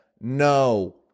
no